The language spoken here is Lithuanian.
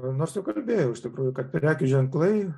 nors jau kalbėjau iš tikrųjų kad prekių ženklai